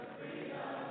freedom